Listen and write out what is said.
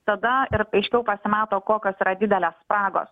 tada ir aiškiau pasimato kokios yra didelės spragos